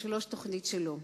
בשנת 2003 תוכנית שלום.